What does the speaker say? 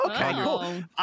Okay